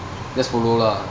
just follow lah